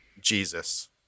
Jesus